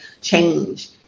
change